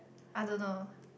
I don't know